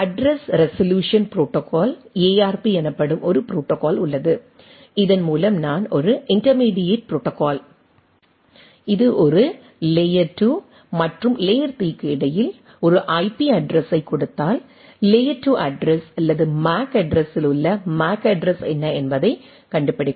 address resolution protocol ARP எனப்படும் ஒரு protocol உள்ளது இதன் மூலம் நான் ஒரு இன்டெர்மீடியட் ப்ரோடோகால் இது ஒரு லேயர் 2 மற்றும் லேயர் 3 க்கு இடையில் ஒரு ஐபி அட்ரஸ்யைக் கொடுத்தால் லேயர் 2 அட்ரஸ் அல்லது மேக் அட்ரஸில் உள்ள மேக் அட்ரஸ் என்ன என்பதைக் கண்டுபிடிக்கும்